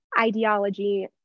ideology